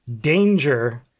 danger